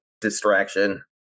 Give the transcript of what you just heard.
distraction